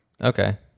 Okay